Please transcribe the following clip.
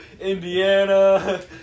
Indiana